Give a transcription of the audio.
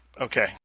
Okay